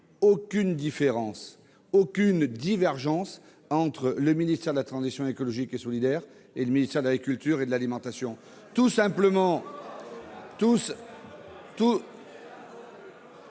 aucune différence, aucune divergence entre le ministère de la transition écologique et solidaire et le ministère de l'agriculture et de l'alimentation pour la simple